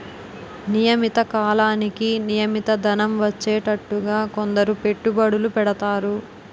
నియమిత కాలానికి నియమిత ధనం వచ్చేటట్టుగా కొందరు పెట్టుబడులు పెడతారు